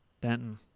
Denton